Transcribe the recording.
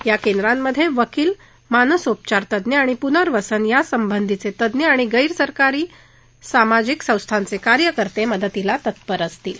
या केंद्रामधे वकिल मानसोपचारतज्ञ आणि पुनर्वसन यासंबधीतले तज्ञ आणि गैरसरकारी सामाजिक संस्थांचे कार्यकर्ते मदतीला तत्पर असतील